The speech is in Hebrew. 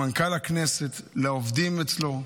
למנכ"ל הכנסת, לעובדים אצלו.